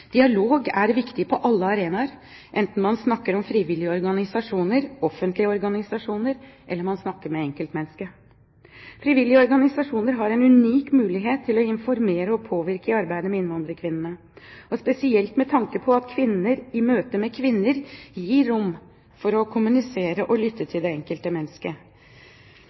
Dialog er viktig på alle arenaer, enten man snakker om frivillige organisasjoner, offentlige organisasjoner, eller man snakker med enkeltmennesket. Frivillige organisasjoner har en unik mulighet til å informere og påvirke i arbeidet med innvandrerkvinnene, spesielt med tanke på at kvinner i møte med kvinner gir rom for å kommunisere og lytte til det enkelte mennesket.